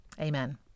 Amen